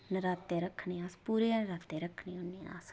नरात्ते रक्खने अस पूरे गै नरात्ते रक्खने होने अस